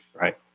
Right